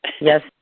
Yes